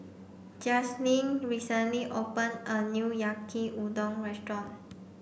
Justyn recently open a new Yaki Udon restaurant